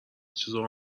چیزو